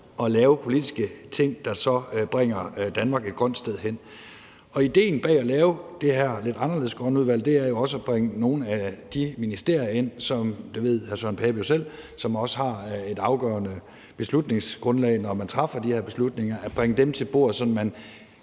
at lave politiske ting, der så bringer Danmark et grønt sted hen. Og idéen bag at lave det her lidt anderledes grønne udvalg er også at bringe nogle af de ministerier ind, som, og det ved hr. Søren Pape Poulsen selv, også har et afgørende beslutningsgrundlag, når man træffer de her beslutninger, at bringe dem til bordet, sådan